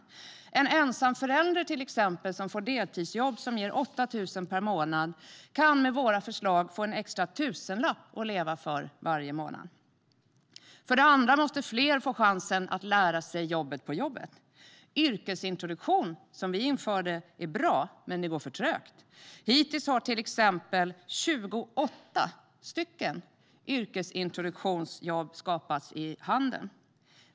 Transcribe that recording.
Med våra förslag kan till exempel en ensamförälder som får ett deltidsjobb som ger 8 000 per månad få en extra tusenlapp att leva för varje månad. För det andra måste fler få chansen att lära sig jobbet på jobbet. Yrkesintroduktion, som vi införde, är bra, men det går för trögt. Hittills har till exempel 28 yrkesintroduktionsjobb skapats i handeln.